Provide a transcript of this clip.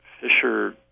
Fisher